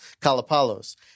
Kalapalos